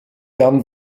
werden